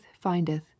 findeth